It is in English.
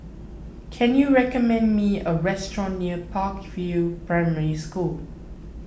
can you recommend me a restaurant near Park View Primary School